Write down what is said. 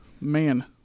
man